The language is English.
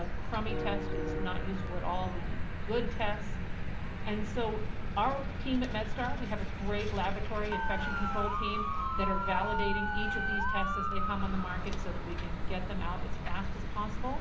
ah crummy test is not useful at all we need good tests and so our team at medstar, we have a great laboratory infection control team that are validating each of these tests as they come on the market so that we can get them out as fast as possible